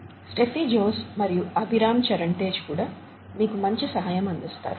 Steffi Jose మరియు అభిరాం చరణ్ తేజ్ కూడా మీకు మంచి సహాయం అందిస్తారు